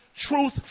truth